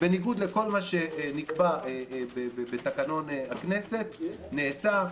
בניגוד לכל מה שנקבע בתקנון הכנסת נעשה,